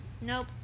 Nope